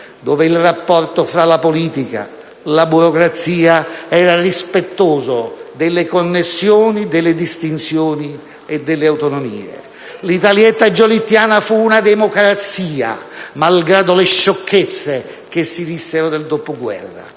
dove il rapporto fra la politica e la burocrazia era rispettoso delle connessioni, delle distinzioni e delle autonomie. L'«Italietta» giolittiana fu una democrazia, malgrado le sciocchezze che si dissero nel dopoguerra